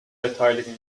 beteiligen